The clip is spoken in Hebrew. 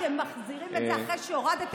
אתם מחזירים את זה אחרי שהורדתם,